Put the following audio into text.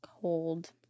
cold